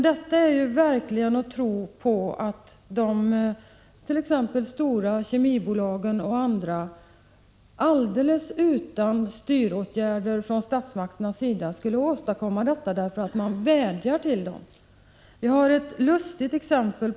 Detta är verkligen att tro på att t.ex. de stora kemibolagen alldeles utan styråtgärder från statsmakternas sida skulle åstadkomma detta därför att man vädjar till dem. Jag har ett lustigt exempel.